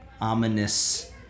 ominous